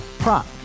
Prop